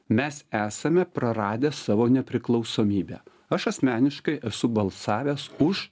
mes esame praradę savo nepriklausomybę aš asmeniškai esu balsavęs už